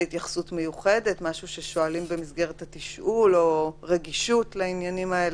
התייחסות מיוחדת לזה במסגרת התשאול או אם יש רגישות שלנו לעניינים האלה.